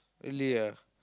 really ah